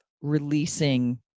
releasing